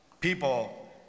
people